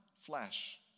flesh